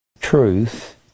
Truth